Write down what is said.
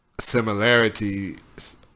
similarities